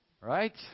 Right